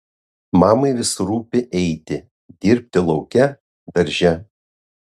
mamai vis rūpi eiti dirbti lauke darže